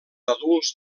adults